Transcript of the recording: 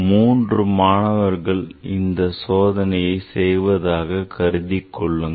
மூன்று மாணவர்கள் இந்த சோதனையை செய்வதாக கருதி கொள்ளுங்கள்